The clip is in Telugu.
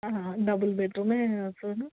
డబుల్ బెడ్రూమే చూడు